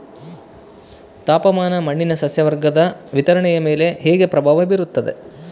ತಾಪಮಾನ ಮಣ್ಣಿನ ಸಸ್ಯವರ್ಗದ ವಿತರಣೆಯ ಮೇಲೆ ಹೇಗೆ ಪ್ರಭಾವ ಬೇರುತ್ತದೆ?